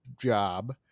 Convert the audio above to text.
job